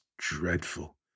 dreadful